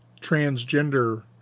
transgender